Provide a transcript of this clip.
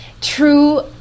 true